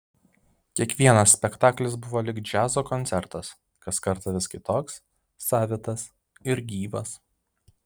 kiekvienas spektaklis buvo lyg džiazo koncertas kas kartą vis kitoks savitas ir gyvas